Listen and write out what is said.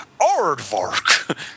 Aardvark